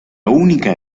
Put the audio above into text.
única